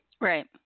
Right